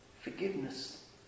Forgiveness